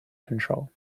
control